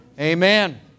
Amen